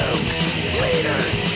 Leaders